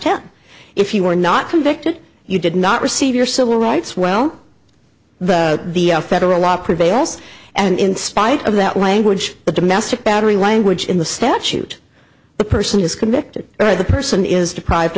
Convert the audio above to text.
ten if you were not convicted you did not receive your civil rights well the federal law prevails and in spite of that language the domestic battery language in the statute the person is convicted or the person is deprived